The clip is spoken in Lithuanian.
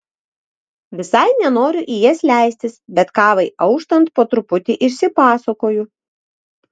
visai nenoriu į jas leistis bet kavai auštant po truputį išsipasakoju